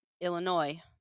Illinois